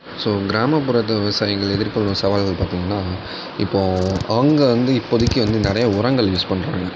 so கிராமப்புறத்து விவசாயிகள் எதிர்கொள்ளும் சவால்கள் பார்த்தீங்கன்னா இப்போ அவங்க வந்து இப்போதைக்கு வந்து நிறைய உரங்கள் யூஸ் பண்றாங்க